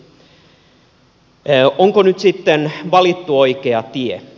onko nyt sitten valittu oikea tie